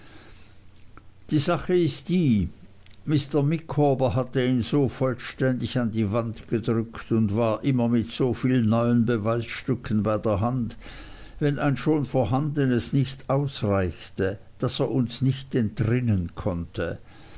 die sache ist die mr micawber hatte ihn so vollständig an die wand gedrückt und war immer mit so viel neuen beweisstücken bei der hand wenn ein schon vorhandenes nicht ausreichte daß er uns nicht entrinnen konnte